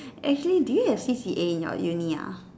actually do you have C_C_A in your uni ah